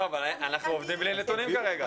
אבל כרגע אנחנו עובדים בלי נתונים.